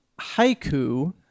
haiku